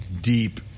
deep